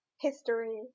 history